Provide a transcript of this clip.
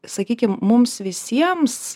sakykim mums visiems